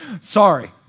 Sorry